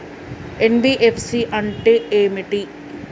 NBFC అంటే ఏమిటి?